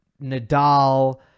Nadal